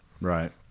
Right